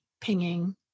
pinging